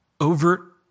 overt